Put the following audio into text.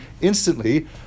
instantly